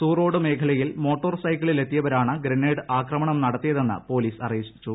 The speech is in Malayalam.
സൂ റോഡ് മേഖലയിൽ മോട്ടോർ സൈക്കിളിലെത്തിയവരാണ് ഗ്രനേഡ് ആക്രമണം നടത്തിയതെന്ന് പൊലീസ് അറിയിച്ചു